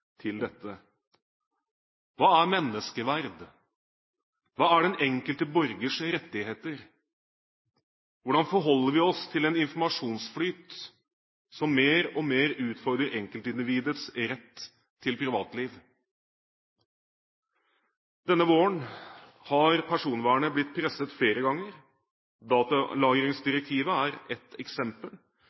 dette. Hva er menneskeverd? Hva er den enkelte borgers rettigheter? Hvordan forholder vi oss til en informasjonsflyt som mer og mer utfordrer enkeltindividets rett til privatliv? Denne våren har personvernet blitt presset flere ganger. Datalagringsdirektivet er ett eksempel